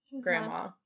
Grandma